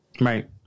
Right